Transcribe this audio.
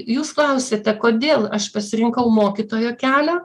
jūs klausiate kodėl aš pasirinkau mokytojo kelią